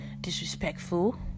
disrespectful